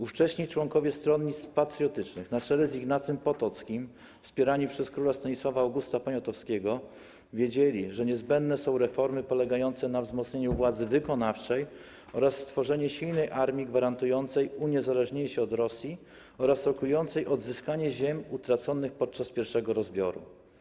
Ówcześni członkowie stronnictw patriotycznych na czele z Ignacym Potockim, wspierani przez króla Stanisława Augusta Poniatowskiego wiedzieli, że niezbędne są reformy polegające na wzmocnieniu władzy wykonawczej oraz stworzenie silnej armii gwarantującej uniezależnienie się od Rosji oraz rokującej na odzyskanie ziem utraconych podczas I rozbioru.